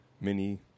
Mini